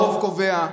הרוב קובע.